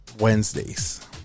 wednesdays